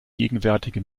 gegenwärtige